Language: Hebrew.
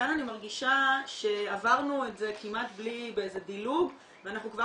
וכאן אני מרגישה שעברנו את זה באיזה דילוג ואנחנו כבר